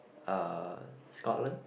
uh Scotland